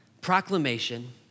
proclamation